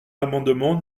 l’amendement